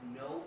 no